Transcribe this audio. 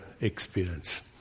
experience